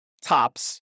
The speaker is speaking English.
tops